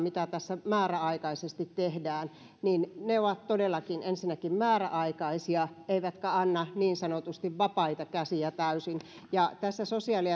mitä tässä määräaikaisesti tehdään ovat ensinnäkin todellakin määräaikaisia eivätkä anna niin sanotusti täysin vapaita käsiä ja tässä sosiaali